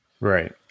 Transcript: Right